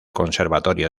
conservatorio